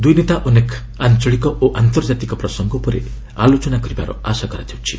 ଦୂଇ ନେତା ଅନେକ ଆଞ୍ଚଳିକ ଓ ଆନ୍ତର୍ଜାତିକ ପ୍ରସଙ୍ଗ ଉପରେ ଆଲୋଚନା କରିବାର ଆଶା କରାଯାଉଛି